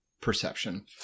perception